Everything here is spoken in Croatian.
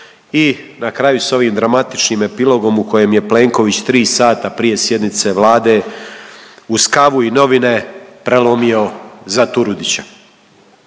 I na kraju sa ovim dramatičnim epilogom u kojem je Plenković tri sata prije sjednice Vlade uz kavu i novine prelomio za Turudića.